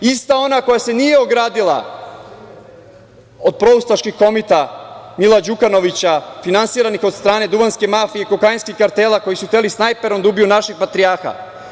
Ista ona koja se nije ogradila od proustaških komita Mila Đukanovića, finansiranih od strane duvanske mafije, kokainskih kartela, koji su hteli snajperom da ubiju našeg patrijarha.